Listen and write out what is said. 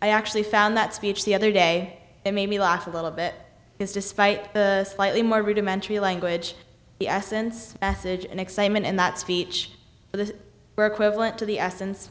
i actually found that speech the other day it made me laugh a little bit because despite the slightly more rudimentary language the essence passage and excitement in that speech the work of went to the essence